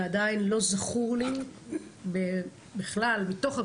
ועדיין לא זכור בכלל בתוך הקואליציה,